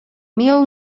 mil